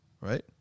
Right